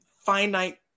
finite